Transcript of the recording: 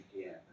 again